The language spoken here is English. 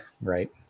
Right